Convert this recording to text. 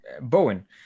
Bowen